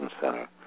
center